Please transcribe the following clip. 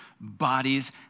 bodies